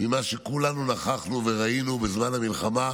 ממה שכולנו נוכחנו וראינו בזמן המלחמה,